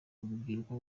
rubyiruko